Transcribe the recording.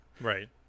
right